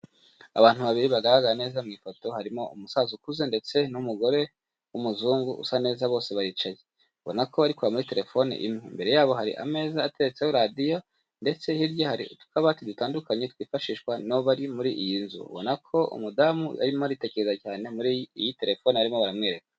Abantu babiri bagaragara neza mu ifoto harimo umusaza ukuze ndetse n'umugore w'umuzungu usa neza bose baricaye, ubona ko bari kureba muri telefone imwe, imbere yabo hari ameza ateretseho radiyo ndetse hirya hari utubati dutandukanye twifashishwa n'abari muri iyi nzu ubona ko umudamu yarimo aritegereza cyane iyi terefone arimo aramwereka.